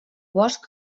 bosc